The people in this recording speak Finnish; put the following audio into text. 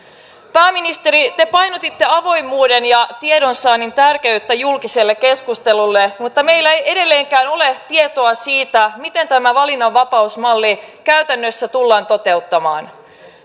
pääministeri te painotitte avoimuuden ja tiedonsaannin tärkeyttä julkiselle keskustelulle mutta meillä ei edelleenkään ole tietoa siitä miten tämä valinnanvapausmalli käytännössä tullaan toteuttamaan